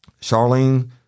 Charlene